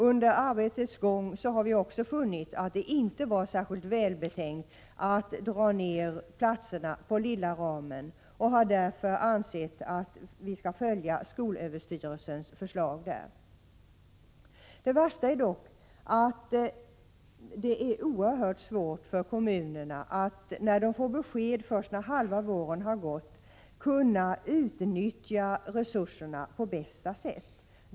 Under arbetets gång har vi också funnit att det inte var särskilt välbetänkt att dra ned antalet platser inom lilla ramen. Vi anser att vi skall följa skolöverstyrelsens förslag på den punkten. Det värsta är dock att det är oerhört svårt för kommunerna att kunna utnyttja resurserna på bästa sätt, då de får besked först när halva våren har gått.